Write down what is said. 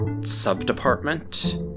sub-department